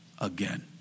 again